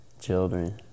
Children